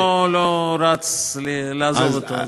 אני גם לא רץ לעזוב אותו,